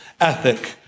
ethic